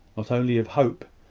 not only of hope,